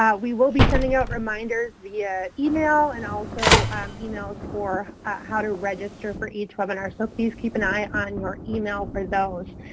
we will be sending out reminders via email and also emails for how to register for each webinar. so please keep an eye on your email for those.